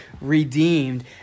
redeemed